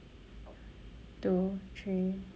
two three